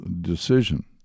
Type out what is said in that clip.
decision